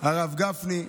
הרב גפני,